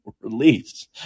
release